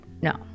No